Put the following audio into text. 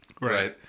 Right